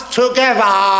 together